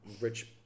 rich